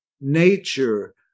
nature